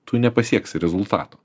tu nepasieksi rezultato